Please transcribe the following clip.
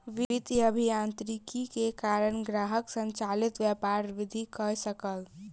वित्तीय अभियांत्रिकी के कारण ग्राहक संचालित व्यापार वृद्धि कय सकल